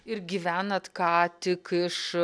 ir gyvenat ką tik iš